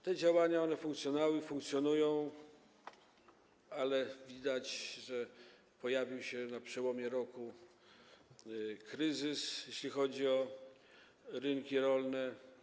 Te działania były podejmowane, to funkcjonuje, ale widać, że pojawił się na przełomie roku kryzys, jeśli chodzi o rynki rolne.